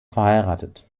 verheiratet